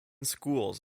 schools